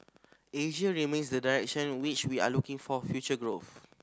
Asia remains the direction which we are looking for future growth